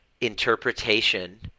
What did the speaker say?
interpretation